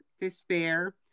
despair